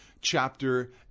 chapter